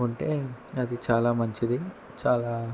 ఉంటే అది చాలా మంచిది చాలా